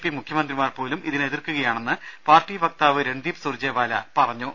P മുഖ്യമന്ത്രി മാർപോലും ഇതിനെ എതിർക്കുകയാണെന്ന് പാർട്ടി വക്താവ് രൺദീപ് സുർജെവാല പറഞ്ഞു